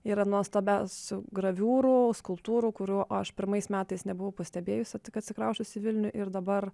yra nuostabiausių graviūrų skulptūrų kurių aš pirmais metais nebuvau pastebėjusi tik atsikrausčius į vilnių ir dabar